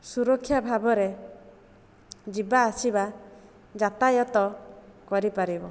ସୁରକ୍ଷା ଭାବରେ ଯିବାଆସିବା ଯାତାୟତ କରିପାରିବ